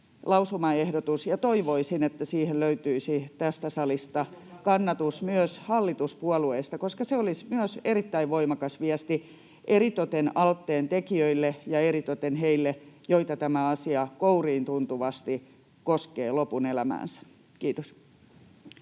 lausumaehdotus, ja toivoisin, että siihen löytyisi tässä salissa kannatus myös hallituspuolueista, [Mika Niikko: Kimmon kannatus tulee huomenna!] koska se olisi myös erittäin voimakas viesti, eritoten aloitteentekijöille ja eritoten heille, joita tämä asia kouriintuntuvasti koskee lopun elämäänsä. — Kiitos.